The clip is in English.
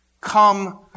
Come